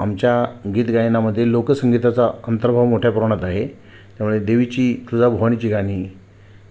आमच्या गीत गायनामध्ये लोकसंगीताचा अंतर्भाव मोठ्या प्रमाणात आहे त्यामुळे देवीची तुळजा भवानीची गाणी